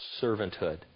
servanthood